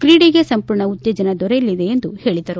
ಕ್ರೀಡೆಗೆ ಸಂಪೂರ್ಣ ಉತ್ತೇಜನ ದೊರೆಲಿದೆ ಎಂದು ಹೇಳಿದರು